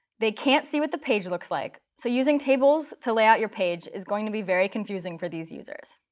they can't see what the page looks like, so using tables to lay out your page is going to be very confusing for these users.